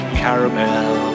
caramel